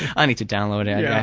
i need to download it, yeah